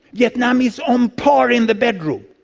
vietnam is on par in the bedroom,